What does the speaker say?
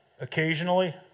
occasionally